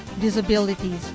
disabilities